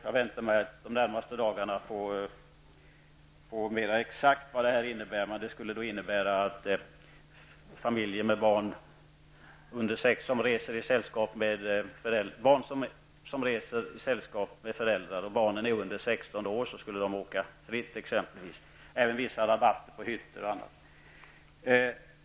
Jag väntar mig att under de närmaste dagarna få mera exakt besked om vad detta innebär. Barn under 16 år som reser i sällskap med föräldrar skulle exempelvis åka fritt. Det skulle även bli vissa rabatter på hytter och annat.